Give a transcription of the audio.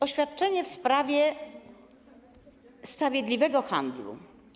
Oświadczenie w sprawie sprawiedliwego handlu.